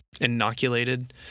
inoculated